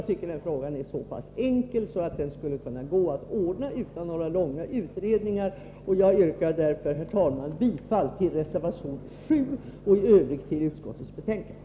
Jag tycker att den frågan är så enkel att den skulle kunna ordnas utan några långa utredningar. Herr talman! Jag yrkar bifall till reservation 7 och i övrigt till utskottets hemställan.